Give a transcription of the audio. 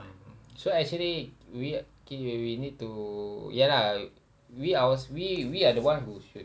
mm so actually we K we we need to ya lah we ours we we are the one who should